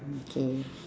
okay